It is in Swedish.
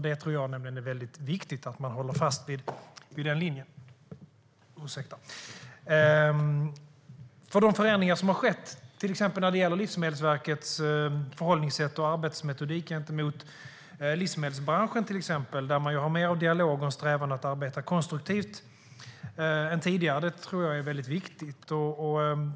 Det är viktigt att hålla fast vid den linjen, anser jag. De förändringar som har skett när det gäller Livsmedelsverkets förhållningssätt och arbetsmetod gentemot livsmedelsbranschen i form av mer dialog och en strävan att arbeta mer konstruktivt än tidigare är viktigt.